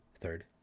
third